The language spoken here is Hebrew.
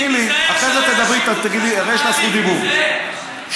דודי, תיזהר שלא יאשימו אותך שאתה